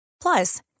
Plus